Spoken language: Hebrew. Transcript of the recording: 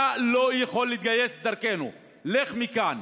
אתה לא יכול להתגייס דרכנו, לך מכאן.